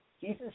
Jesus